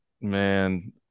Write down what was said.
Man